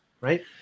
right